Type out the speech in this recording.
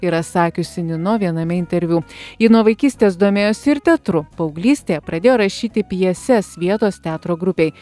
yra sakiusi nino viename interviu ji nuo vaikystės domėjosi ir teatru paauglystėje pradėjo rašyti pjeses vietos teatro grupei